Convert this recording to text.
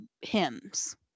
hymns